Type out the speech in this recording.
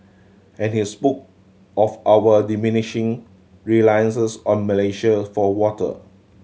and he spoke of our diminishing reliance on Malaysia for water